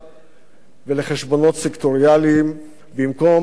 ולחשבונות סקטוריאליים במקום ליצירה,